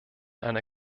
eine